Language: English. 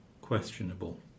questionable